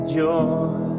joy